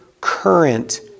current